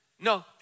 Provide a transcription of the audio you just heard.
No